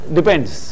Depends